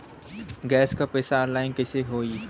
Gas क पैसा online कइसे होई?